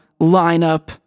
lineup